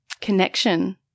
connection